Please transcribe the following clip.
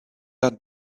add